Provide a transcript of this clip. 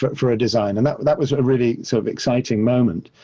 but for a design. and that but that was a really sort of exciting moment,